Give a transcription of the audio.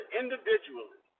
individually